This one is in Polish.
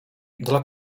dla